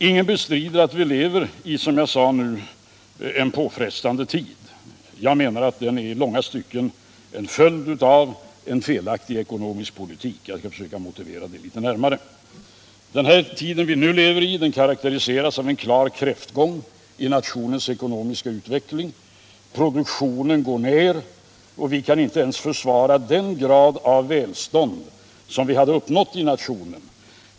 Ingen bestrider att vi lever i, som jag sade, en påfrestande tid. Jag menar att den i långa stycken är en följd av en felaktig ekonomisk politik, och jag skall försöka motivera det litet närmare. Den tid vi nu lever i karakteriseras av en klar kräftgång i nationens ekonomiska utveckling. Produktionen går ned, och vi kan inte ens försvara den grad av välstånd som vi hade uppnått i nationen.